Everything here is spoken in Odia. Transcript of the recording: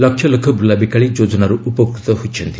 ଲକ୍ଷ ଲକ୍ଷ ବୁଲାବିକାଳି ଯୋଜନାରୁ ଉପକୃତ ହୋଇଛନ୍ତି